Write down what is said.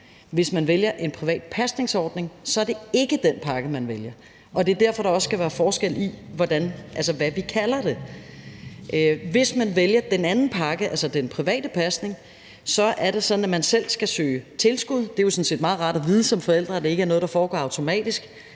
Hvis man vælger en privat pasningsordning, er det ikke den pakke, man vælger, og det er derfor, der også skal være forskel på, hvad vi kalder det. Hvis man vælger den anden pakke, altså den private pasning, er det sådan, at man selv skal søge tilskud, og det er jo sådan set meget rart at vide som forældre, at det ikke er noget, der foregår automatisk,